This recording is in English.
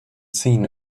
seen